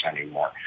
anymore